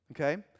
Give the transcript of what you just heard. Okay